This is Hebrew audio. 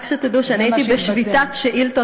רק שתדעו שאני הייתי בשביתת שאילתות,